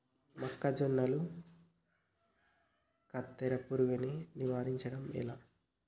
మొక్కజొన్నల కత్తెర పురుగుని నివారించడం ఎట్లా?